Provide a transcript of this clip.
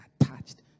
attached